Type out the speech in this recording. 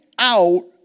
out